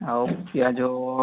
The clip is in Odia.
ଆଉ ପିଆଜ